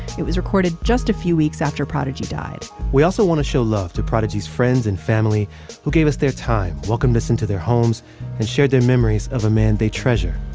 it was recorded just a few weeks after prodigy died we also want to show love to prodigy's friends and family who gave us their time, welcomed us into their homes and shared their memories of a man they treasure